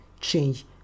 change